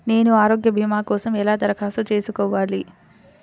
నేను ఆరోగ్య భీమా కోసం ఎలా దరఖాస్తు చేసుకోవాలి?